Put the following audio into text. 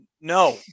no